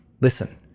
listen